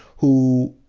who,